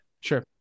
sure